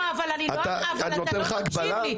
שאתה מגביל אותו?